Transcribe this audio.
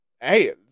hey